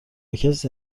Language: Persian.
کسی